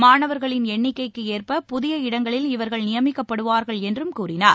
மாணவர்களின் எண்ணிக்கைக்கு ஏற்ப புதிய இடங்களில் இவர்கள் நியமிக்கப்படுவார்கள் என்றும் கூறினார்